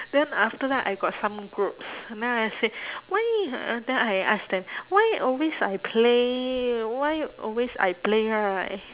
then after that I got some groups then I said why uh then I ask them why always I play why always I play right